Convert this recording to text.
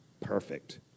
perfect